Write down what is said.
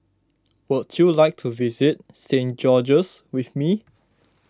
would you like to visit Saint George's with me